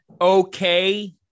okay